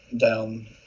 down